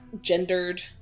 Gendered